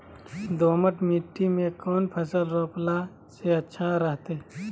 दोमट मिट्टी में कौन फसल रोपला से अच्छा रहतय?